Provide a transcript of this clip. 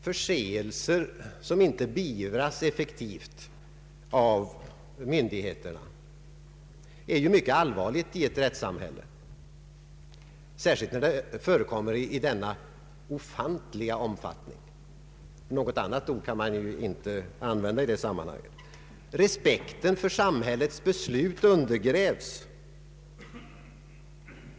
Förseelser, som inte beivras effektivt av myndigheterna, är ju något mycket allvarligt i ett rättssamhälle — särskilt när de förekommer i denna ofantliga omfattning. Något annat ord kan man inte använda i detta sammanhang. Respekten för samhällets beslut undergrävs.